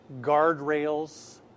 guardrails